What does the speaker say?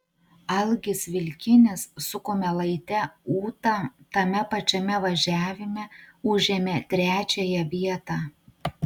algis vilkinis su kumelaite ūta tame pačiame važiavime užėmė trečiąją vietą